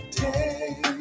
day